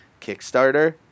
Kickstarter